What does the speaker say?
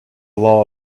law